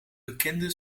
bekende